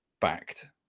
backed